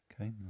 Okay